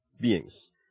beings